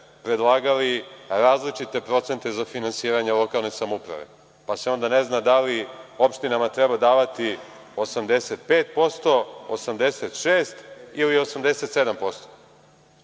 predlagali različite procente za finansiranje lokalne samouprave, pa se onda ne zna da li opštinama treba davati 85, 86 ili 87%.Šta